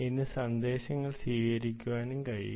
ഇതിന് സന്ദേശങ്ങൾ സ്വീകരിക്കാൻ കഴിയും